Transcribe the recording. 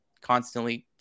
constantly